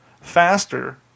faster